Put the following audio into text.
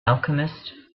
alchemist